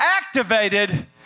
activated